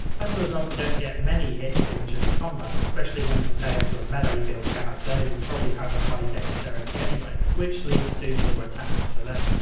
as a result, you don't get many hits in during combat, especially when compared to a melee build character who so probably has high dexterity anyway which leads to more attacks for them.